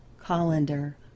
colander